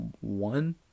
one